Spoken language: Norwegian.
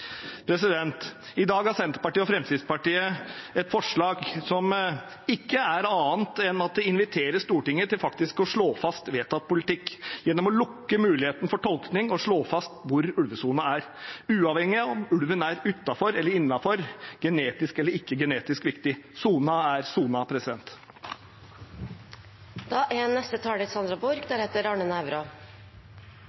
I dag har Senterpartiet og Fremskrittspartiet et forslag som ikke er annet enn at det inviterer Stortinget til faktisk å slå fast vedtatt politikk gjennom å lukke muligheten for tolkning og slå fast hvor ulvesonen er, uavhengig om ulven er utenfor eller innenfor, genetisk eller ikke-genetisk viktig. Sonen er sonen. Bakgrunnen for saken og forslaget vi har fremmet, er